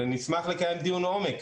אני אשמח לקיים דיון עומק.